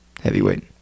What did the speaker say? heavyweight